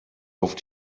auf